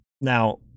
Now